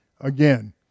again